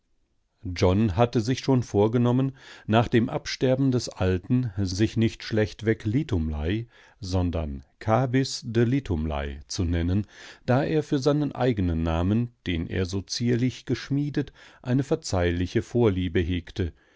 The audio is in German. john hatte sich schon vorgenommen nach dem absterben des alten sich nicht schlechtweg litumlei sondern kabys de litumley zu nennen da er für seinen eigenen namen den er so zierlich geschmiedet eine verzeihliche vorliebe hegte